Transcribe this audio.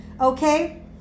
okay